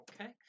Okay